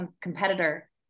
competitor